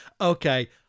okay